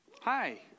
Hi